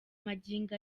magingo